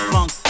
Funk